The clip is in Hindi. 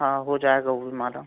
हाँ हो जाएगा वह भी मैडम